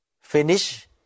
finish